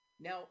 Now